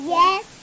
yes